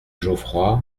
geoffroy